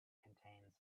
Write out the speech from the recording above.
contains